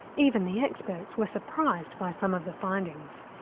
even the experts were surprised by some of the findings.